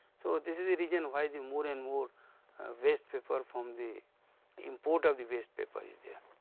so, this is the reason why the more and more waste paper from the import of the waste paper is there.